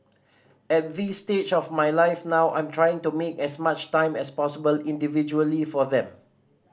at this stage of my life now I'm trying to make as much time as possible individually for them